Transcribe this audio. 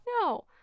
no